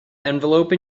envelope